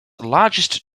largest